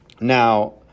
Now